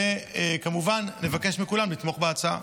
וכמובן נבקש מכולם לתמוך בהצעה.